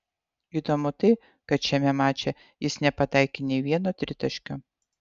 įdomu tai kad šiame mače jis nepataikė nei vieno tritaškio